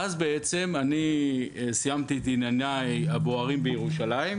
אני סיימתי את ענייניי הבוערים בירושלים,